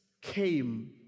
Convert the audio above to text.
came